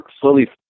slowly